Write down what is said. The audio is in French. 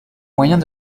moyens